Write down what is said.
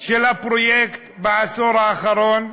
של הפרויקט בעשור האחרון,